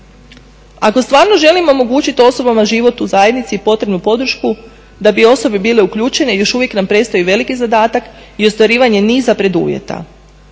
Ako stvarno želimo omogućiti osobama život u zajednici i potrebnu podršku da bi osobe bile uključene još uvijek nam predstoji veliki zadatak i ostvarivanje niza preduvjeta.